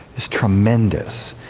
it's tremendous.